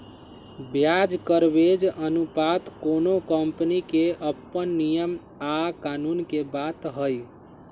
ब्याज कवरेज अनुपात कोनो कंपनी के अप्पन नियम आ कानून के बात हई